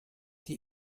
die